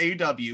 aw